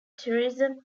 terrorism